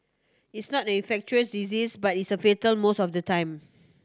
it's not an infectious disease but it's a fatal most of the time